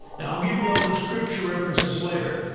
now, i'll give you all the scripture references later,